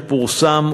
שפורסם,